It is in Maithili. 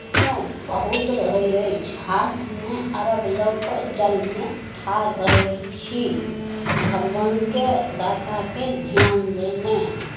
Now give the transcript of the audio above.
बहुत रहै अछि हाथमे अर्घ्य लऽ कऽ जलमे ठाढ़ रहै छी भगवानके दाताके ध्यान देने